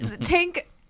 Tank